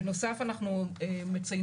בנוסף, אנחנו מציינים